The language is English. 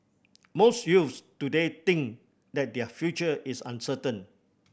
most youths today think that their future is uncertain